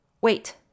Wait